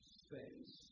space